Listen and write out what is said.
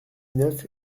neuf